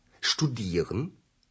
Studieren